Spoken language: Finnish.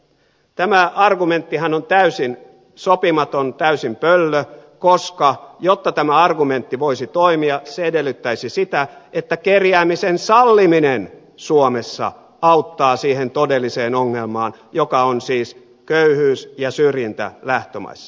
tämä argumenttihan on täysin sopimaton täysin pöllö koska jotta tämä argumentti voisi toimia se edellyttäisi sitä että kerjäämisen salliminen suomessa auttaa siihen todelliseen ongelmaan joka on siis köyhyys ja syrjintä lähtömaissa